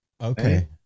okay